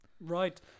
Right